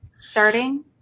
starting